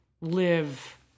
live